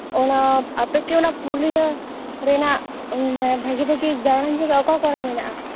ᱚᱱᱟ ᱟᱯᱮ ᱠᱤ ᱚᱱᱟ ᱯᱩᱨᱩᱞᱤᱭᱟᱹ ᱨᱮᱱᱟᱜ ᱵᱷᱟᱹᱜᱤ ᱵᱷᱟᱹᱜᱤ ᱫᱟᱬᱟᱱ ᱡᱟᱭᱜᱟ ᱚᱠᱟ ᱠᱚᱨᱮ ᱢᱮᱱᱟᱜᱼᱟ